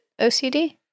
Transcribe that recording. OCD